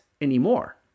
anymore